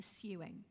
pursuing